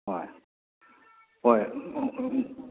ꯍꯣꯏ ꯍꯣꯏ